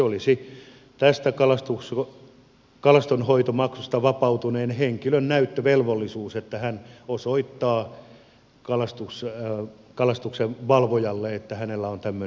olisi tästä kalastonhoitomaksusta vapautuneen henkilön näyttövelvollisuus että hän osoittaa kalastuksenvalvojalle että hänellä on tämmöinen oikeutus